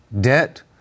debt